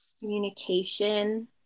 communication